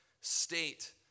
state